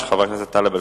של חבר הכנסת אלסאנע.